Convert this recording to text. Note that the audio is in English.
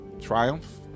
Triumph